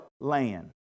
land